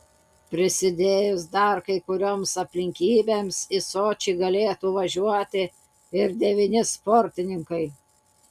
prisidėjus dar kai kurioms aplinkybėms į sočį galėtų važiuoti ir devyni sportininkai